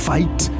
Fight